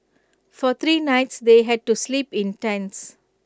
for three nights they had to sleep in tents